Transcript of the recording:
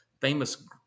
famous